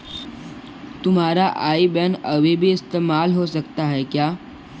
तुम्हारा IBAN अभी भी इस्तेमाल हो सकता है क्या?